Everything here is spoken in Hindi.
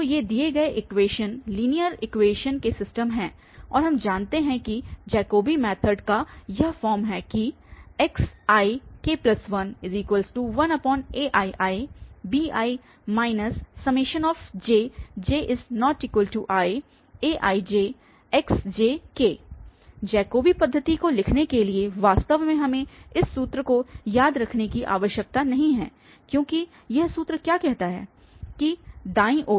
तो ये दिए गए इक्वेशन लीनियर इक्वेशनस के सिस्टम हैं और हम जानते हैं कि जैकोबी मैथड का यह फॉर्म है कि xik11aiibi jj≠iaijxj जैकोबी पद्धति को लिखने के लिए वास्तव में हमें इस सूत्र को याद रखने की आवश्यकता नहीं है क्योंकि यह सूत्र क्या कहता है कि दाहिनी ओर